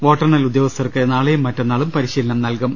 വോട്ടെണ്ണൽ ഉദ്യോഗ സ്ഥർക്ക് നാളെയും മറ്റന്നാളും പരിശീലനം നൽകും